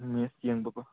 ꯃꯦꯠꯁ ꯌꯦꯡꯕꯀꯣ